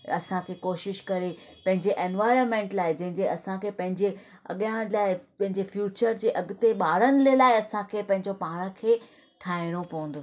असांखे कोशिशि करे पंहिंजे एनवायरमेंट लाइ जंहिंजे असांखे पंहिंजे अॻियां लाइ पंहिंजे फ्यूचर जे अॻिते ॿारनि जे लाइ असांखे पंहिंजो पाण खे ठाहिणो पवंदो